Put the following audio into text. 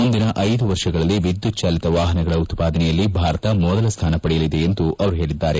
ಮುಂದಿನ ಐದು ವರ್ಷಗಳಲ್ಲಿ ವಿದ್ಲುತ್ ಚಾಲಿತ ವಾಹನಗಳ ಉತ್ತಾದನೆಯಲ್ಲಿ ಭಾರತ ಮೊದಲ ಸ್ಥಾನ ಪಡೆಯಲಿದೆ ಎಂದು ಹೇಳಿದ್ದಾರೆ